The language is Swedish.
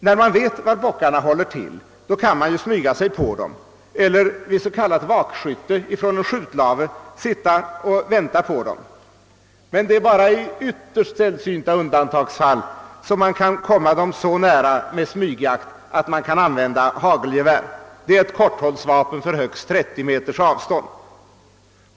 När man vet var bockarna håller till kan man ju smyga sig på dem eller vid s.k. vakskytte från en skjutlave sitta och vänta på att de skall dyka upp. Men det är bara i ytterst sällsynta undantagsfall man kan komma dem så nära med smygjakt att man kan använda hagelgevär. Det är ett korthållsvapen för högst 30 meters avstånd.